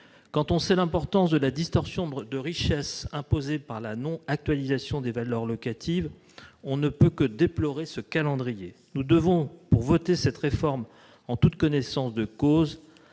Quand on sait l'importance de la distorsion de richesses imposée par la non-actualisation des valeurs locatives, on ne peut que déplorer ce calendrier. Pour voter cette réforme en toute connaissance de cause,